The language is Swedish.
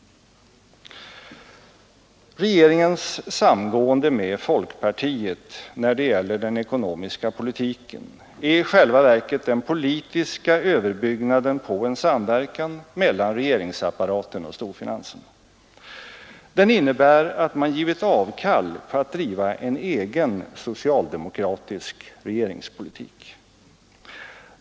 Regeringens samgående med folkpartiet när det gäller den ekonomiska politiken är i själva verket den politiska överbyggnaden på en samverkan mellan regeringsapparaten och storfinansen. Den innebär att man givit avkall på att driva en egen socialdemokratisk regeringspolitik.